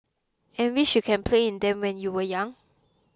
and wish you can play in them when you were young